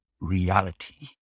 reality